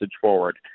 forward